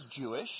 Jewish